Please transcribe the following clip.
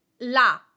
la